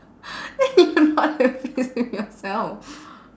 then you not at peace with yourself